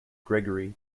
gregory